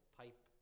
pipe